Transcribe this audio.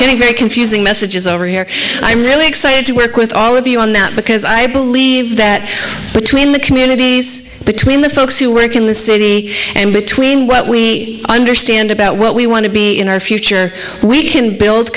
getting very confusing messages over here i'm really excited to work with all of you on that because i believe that between the communities between the folks who work in the city and between what we understand about what we want to be in our future we can build